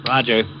Roger